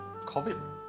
COVID